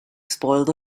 spoiled